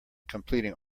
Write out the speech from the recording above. completing